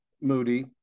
moody